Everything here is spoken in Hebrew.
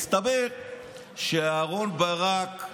והסתבר שאהרן ברק,